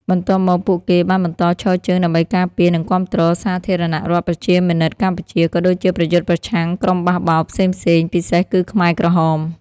បន្ទាប់មកពួកគេបានបន្តឈរជើងដើម្បីការពារ និងគាំទ្រសាធារណរដ្ឋប្រជាមានិតកម្ពុជា ក៏ដូចជាប្រយុទ្ធប្រឆាំងក្រុមបះបោរផ្សេងៗ ពិសេសគឺខ្មែរក្រហម។